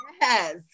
Yes